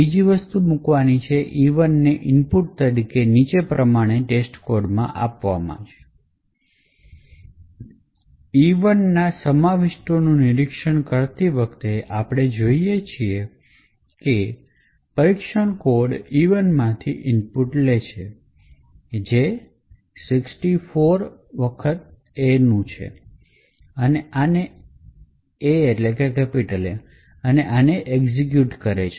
બીજી વસ્તુ મોકલવાની છે E 1 ને ઇનપુટ તરીકે નીચે પ્રમાણે ટેસ્ટકોડમાં આપવામાં આવે છે E1 ના સમાવિષ્ટોનું નિરીક્ષણ કરતી વખતે આપણે જોઈએ છીએ કે પરીક્ષણ કોડ E1 માંથી ઇનપુટ લે છે જે 64 A નું છે અને આને એકસીક્યૂટ કરે છે